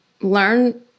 learn